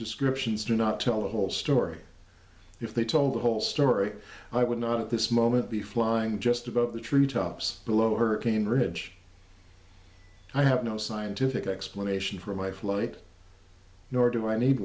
descriptions do not tell a whole story if they told the whole story i would not at this moment be flying just above the tree tops below her cambridge i have no scientific explanation for my flight nor do i need